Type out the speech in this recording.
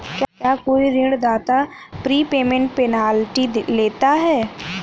क्या कोई ऋणदाता प्रीपेमेंट पेनल्टी लेता है?